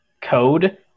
code